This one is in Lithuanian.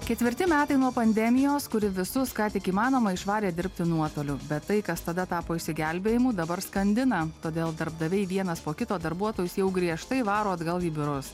ketvirti metai nuo pandemijos kuri visus ką tik įmanoma išvarė dirbti nuotoliu bet tai kas tada tapo išsigelbėjimu dabar skandina todėl darbdaviai vienas po kito darbuotojus jau griežtai varo atgal į biurus